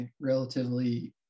relatively